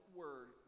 word